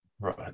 Right